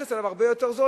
שהמכס עליו יותר זול,